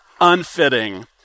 unfitting